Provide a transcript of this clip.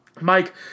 Mike